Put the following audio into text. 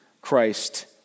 Christ